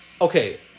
Okay